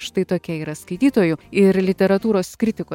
štai tokie yra skaitytojų ir literatūros kritikų